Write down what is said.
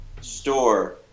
store